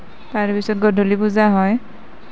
তাৰ পিছত গধূলি পূজা হয়